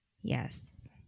Yes